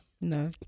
No